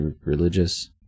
religious